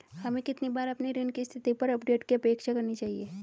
हमें कितनी बार अपने ऋण की स्थिति पर अपडेट की अपेक्षा करनी चाहिए?